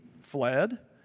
fled